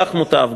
כך מוטב,